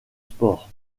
sport